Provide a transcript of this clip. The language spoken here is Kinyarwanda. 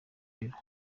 ibiro